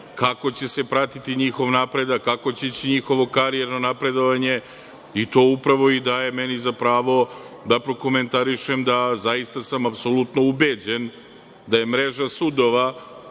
kako će se pratiti njihov napredak, kako će ići njihovo karijerno napredovanje i to upravo daje meni za pravo da prokomentarišem da sam zaista apsolutno ubeđen da je mreža sudova